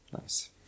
Nice